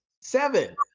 seven